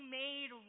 made